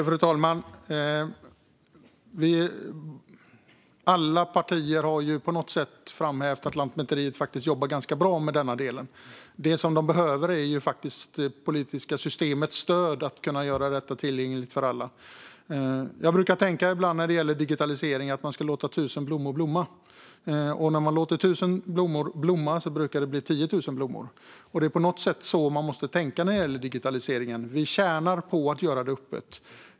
Fru talman! Alla partier har på något sätt framhävt att Lantmäteriet faktiskt jobbar ganska bra med denna del. Det de behöver är det politiska systemets stöd att kunna göra detta tillgängligt för alla. Jag brukar ibland tänka när det gäller digitalisering att man ska låta tusen blommor blomma. När man låter tusen blommor blomma brukar det bli tio tusen blommor. Det är på något sätt så man måste tänka när det gäller digitaliseringen. Vi tjänar på att göra det öppet.